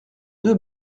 deux